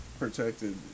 protected